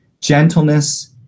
gentleness